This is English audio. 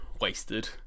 wasted